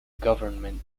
government